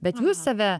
bet jūs save